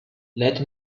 let